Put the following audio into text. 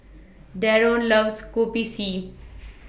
Daron loves Kopi C